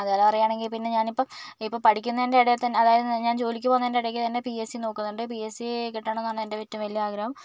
അതുപോലെ പറയുകയാണെങ്കിൽ പിന്നെ ഞാനിപ്പോൾ ഇപ്പോൾ പഠിക്കുന്നതിൻ്റെ ഇടയിൽ തന്നെ അതായത് ഞാൻ ജോലിക്ക് പോകുന്നതിൻ്റെ ഇടയ്ക്ക് തന്നെ ഞാൻ പി എസ് സി നോക്കുന്നുണ്ട് പി എസ് സി കിട്ടണം എന്നാണ് എൻ്റെ ഏറ്റവും വലിയ ആഗ്രഹം